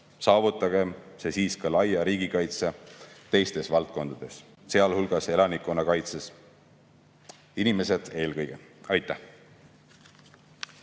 Saavutagem see siis ka laia riigikaitse teistes valdkondades, sealhulgas elanikkonnakaitses. Inimesed eelkõige! Aitäh!